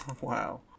Wow